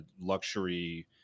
luxury